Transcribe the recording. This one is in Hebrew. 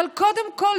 קודם כול,